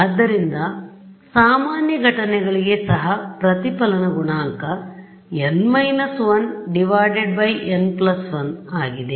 ಆದ್ದರಿಂದ ಸಾಮಾನ್ಯ ಘಟನೆಗಳಿಗೆ ಸಹ ಪ್ರತಿಫಲನ ಗುಣಾಂಕ n 1 ಆಗಿದೆ